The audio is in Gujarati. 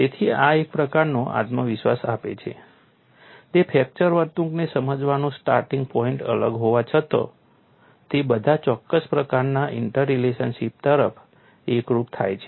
તેથી આ એક પ્રકારનો આત્મવિશ્વાસ આપે છે કે ફ્રેક્ચર વર્તણૂકને સમજવાનો સ્ટાર્ટિંગ પોઇન્ટ અલગ હોવા છતાં તે બધા ચોક્કસ પ્રકારના ઇન્ટરલેશનશીપ તરફ એકરૂપ થાય છે